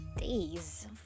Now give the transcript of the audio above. days